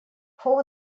fou